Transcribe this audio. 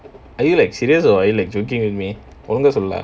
are you like serious or are you like joking with me சொல்லலாம்:sollalaam